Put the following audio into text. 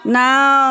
now